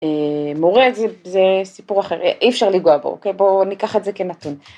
א...מורה זה-זה סיפור אחר, א-אי אפשר ליגוע בו, אוקיי? בוא... ניקח את זה כנתון.